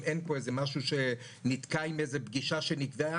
אם אין פה איזה משהו שנתקע עם איזה פגיעה שנקבעה,